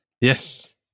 Yes